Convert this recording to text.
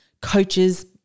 coaches